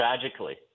tragically